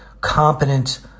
competent